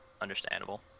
understandable